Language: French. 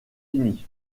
unis